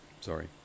sorry